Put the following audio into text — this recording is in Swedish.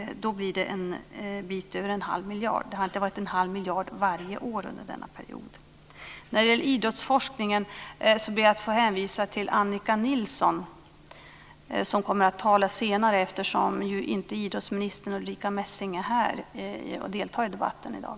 Då blir det en bit över en halv miljard. Det har inte varit en halv miljard varje år under denna period. När det gäller idrottsforskningen ber jag att få hänvisa till Annika Nilsson, som kommer att tala senare eftersom idrottsminister Ulrica Messing inte är här och deltar i debatten i dag.